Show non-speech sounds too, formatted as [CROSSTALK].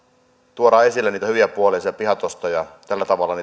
tuodaan esille niitä hyviä puolia siitä pihatosta ja tällä tavalla [UNINTELLIGIBLE]